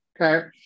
Okay